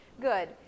Good